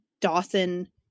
Dawson